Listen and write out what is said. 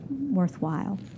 worthwhile